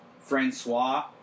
Francois